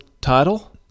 title